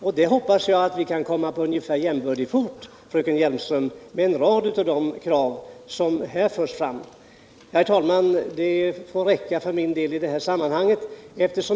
Jag hoppas att vi kan komma på ungefär jämbördig fot, fröken Hjelmström, beträffande en rad av de krav som här förs fram. Herr talman! Detta får räcka för min del i det här sammanhanget.